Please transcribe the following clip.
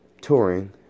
touring